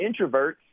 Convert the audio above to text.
introverts